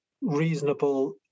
reasonable